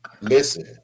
listen